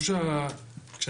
אני